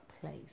place